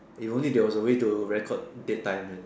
if only there was a way to record dead time man